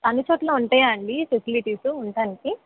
అన్నీ చోట్లా ఉంటాయా అండి ఫెసిలిటీస్ ఉండటానికి